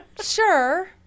sure